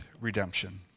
redemption